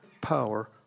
power